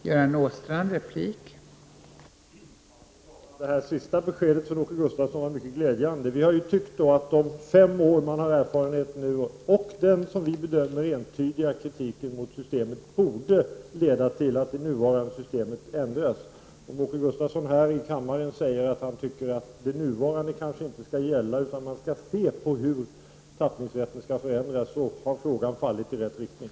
Fru talman! Det sista beskedet från Åke Gustavsson var mycket glädjande. Vi har tyckt att erfarenheten under fem år och den, som vi bedömer det, entydiga kritiken mot systemet borde leda till att det nuvarande systemet ändras. Om Åke Gustavsson här i kammaren säger att han tycker att det nuvarande systemet kanske inte skall gälla, utan att man skall undersöka hur tappningsrätten skall förändras; har frågan fallit i rätt riktning.